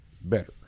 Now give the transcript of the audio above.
better